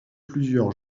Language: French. plusieurs